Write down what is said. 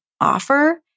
offer